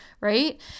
right